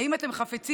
האם אתם חפצים